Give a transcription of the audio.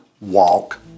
walk